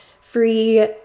free